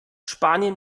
spanien